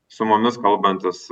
su mumis kalbantis